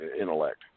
intellect